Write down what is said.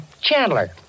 Chandler